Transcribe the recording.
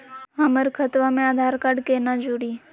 हमर खतवा मे आधार कार्ड केना जुड़ी?